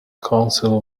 council